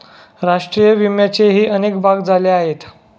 राष्ट्रीय विम्याचेही अनेक भाग झाले आहेत